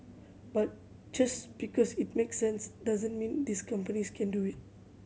but just because it makes sense doesn't mean these companies can do it